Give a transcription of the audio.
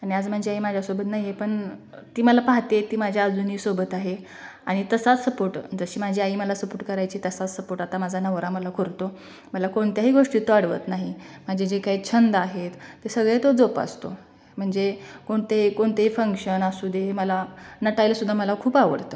आणि आज माझी आई माझ्यासोबत नाही आहे पण ती मला पाहते ती माझ्या अजूनही सोबत आहे आणि तसाच सपोर्ट जशी माझी आई मला सपोर्ट करायची तसा सपोर्ट आता माझा नवरा मला करतो मला कोणत्याही गोष्टीत तो आडवत नाही माझे जे काही छंद आहेत ते सगळे तो जोपासतो म्हणजे कोणते कोणतेही फंक्शन असू दे मला नटायला सुद्धा मला खूप आवडतं म्हणजे